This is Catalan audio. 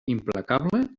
implacable